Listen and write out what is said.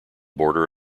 border